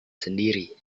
sendiri